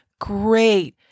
great